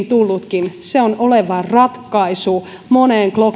tullutkin se on oleva ratkaisu moneen